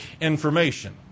information